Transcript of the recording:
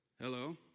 Hello